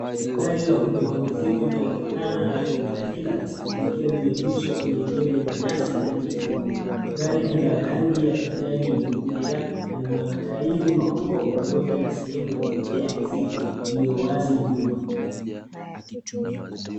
Gari la kubeba mizigo linalofanana na Toyota Hilux likiwa limeegeshwa kwenye eneo lenye nyasi na miti nyuma. Gari ni ya rangi ya kijani iliyokolea na lina matairi makubwa pamoja na sehemu ya kubebea mizigo iliyo wazi nyuma.